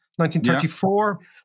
1934